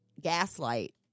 gaslight